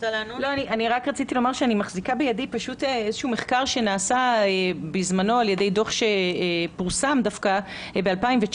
אני מחזיקה בידי מחקר שנעשה בזמנו על ידי דוח שפורסם ב-2019,